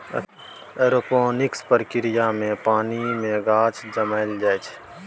aeroponics प्रक्रिया मे पानि मे गाछ जनमाएल जाइ छै